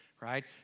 right